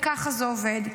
וככה זה עובד.